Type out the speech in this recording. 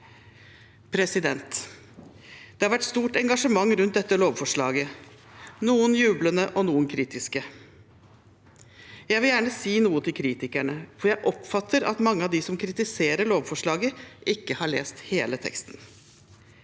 kureres. Det har vært stort engasjement rundt dette lovforslaget – noen jublende og noen kritiske. Jeg vil gjerne si noe til kritikerne, for jeg oppfatter at mange av dem som kritiserer lovforslaget, ikke har lest hele teksten: